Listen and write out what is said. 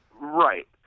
Right